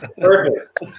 Perfect